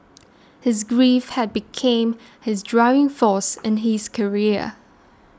his grief had became his driving force in his career